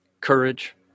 courage